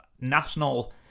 national